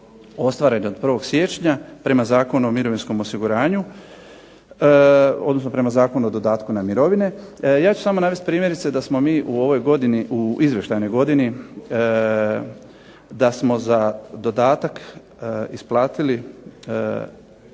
ostvarene od 1. siječnja prema Zakonu o mirovinskom osiguranju odnosno prema Zakonu o dodatku na mirovine. Ja ću samo navest primjerice da smo mi u ovoj godini, u izvještajnoj godini, da smo za dodatak isplatili